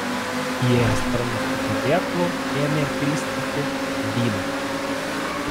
įėjęs tarnas su padėklu ėmė pilstyti vyną